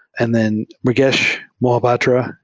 and then mrugesh mohapatra.